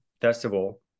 festival